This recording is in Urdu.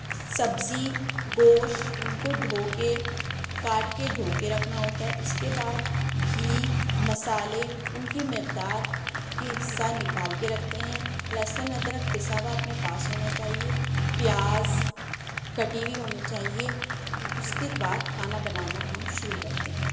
سبزی گوشت ان کو دھو کے کاٹ کے دھوکے رکھنا ہوتا ہے اس کے بعد گھی مسالے ان کی مقدار کے حصہ نکال کے رکھتے ہیں لہسن ادرک پسا ہوا اپنے پاس ہونا چاہیے پیاز کٹی ہوئی ہونی چاہیے اس کے بعد کھانا بنانا ہم شروع کرتے ہیں